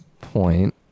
point